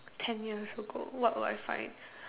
ten years ago what would I find